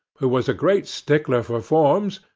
who was a great stickler for forms,